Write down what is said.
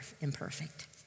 imperfect